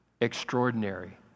Extraordinary